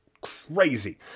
crazy